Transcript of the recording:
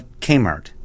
Kmart